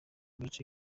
gace